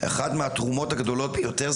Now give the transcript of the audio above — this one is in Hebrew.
אחד מהתרומות הגדולות ביותר,